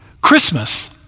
Christmas